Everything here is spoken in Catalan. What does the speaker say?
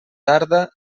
tarda